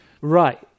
Right